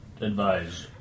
advise